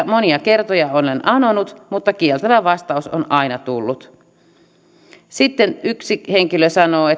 monia kertoja olen anonut mutta kieltävä vastaus on aina tullut sitten yksi henkilö sanoo